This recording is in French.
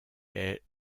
est